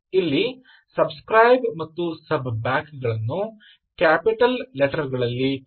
ಇಲ್ಲಿ subscribe ಮತ್ತು sub back ಗಳನ್ನು ಕ್ಯಾಪಿಟಲ್ ಲೆಟರ್ಗಳಲ್ಲಿ ಬರೆಯಬೇಕು